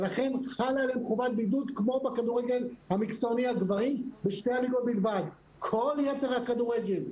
חוץ משתי הליגות הבכירות של הגברים כל יתר הכדורגל,